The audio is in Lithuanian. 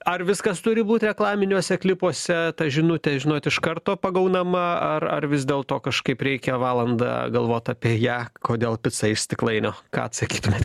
ar viskas turi būt reklaminiuose klipuose ta žinutė žinot iš karto pagaunama ar ar vis dėlto kažkaip reikia valandą galvot apie ją kodėl pica iš stiklainio ką atsakytumėt